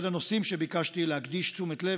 אחד הנושאים שביקשתי להקדיש תשומת לב